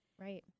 right